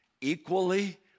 equally